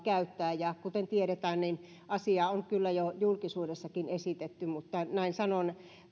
käyttää ja kuten tiedetään niin asia on kyllä jo julkisuudessakin esitetty mutta sanon näin